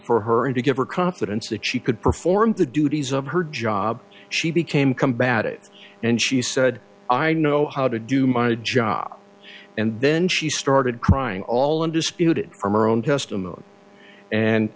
for her and to give her confidence that she could perform the duties of her job she became combat it and she said i know how to do my job and then she started crying all and disputed our own testimony and